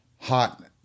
hot